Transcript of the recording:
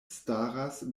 staras